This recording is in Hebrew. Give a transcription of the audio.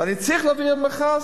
ואני צריך להוציא עוד מכרז.